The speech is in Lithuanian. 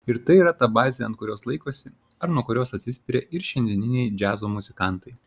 ir tai yra ta bazė ant kurios laikosi ar nuo kurios atsispiria ir šiandieniniai džiazo muzikantai